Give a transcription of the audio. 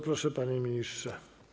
Proszę, panie ministrze.